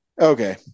okay